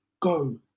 go